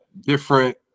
different